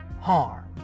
harm